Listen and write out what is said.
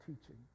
teaching